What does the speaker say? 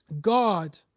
God